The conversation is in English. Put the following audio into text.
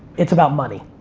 it's about money.